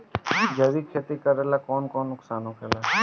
जैविक खेती करला से कौन कौन नुकसान होखेला?